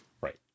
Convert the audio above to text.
Right